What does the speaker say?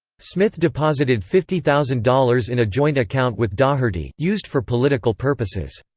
smith deposited fifty thousand dollars in a joint account with daugherty, used for political purposes.